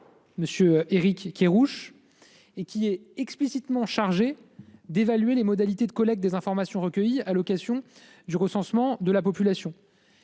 Monsieur Éric Kerrouche. Et qui est explicitement chargée d'évaluer les modalités de collecte des informations recueillies à l'occasion du recensement de la population.